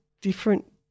different